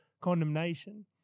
condemnation